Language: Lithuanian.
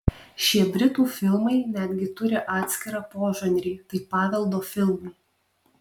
šie britų filmai netgi turi atskirą požanrį tai paveldo filmai